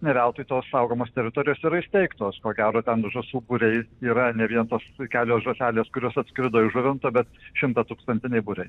ne veltui tos saugomos teritorijos yra įsteigtos ko gero ten žąsų būriai yra ne vien tos kelios žąselės kurios atskrido iš žuvinto bet šimtatūkstantiniai būriai